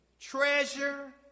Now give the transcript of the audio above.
treasure